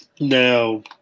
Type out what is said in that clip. No